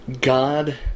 God